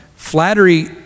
Flattery